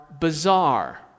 bizarre